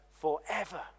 forever